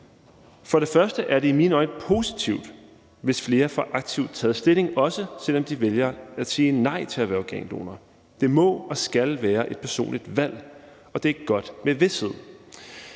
og fremmest er det i mine øjne positivt, hvis flere aktivt får taget stilling, også selv om de vælger at sige nej til at være organdonorer. Det må og skal være et personligt valg, og det er godt med vished.